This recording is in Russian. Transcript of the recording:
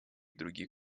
других